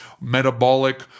metabolic